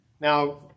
Now